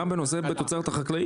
גם בנושא שהוא תוצרת חקלאית?